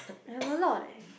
I have a lot leh